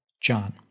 John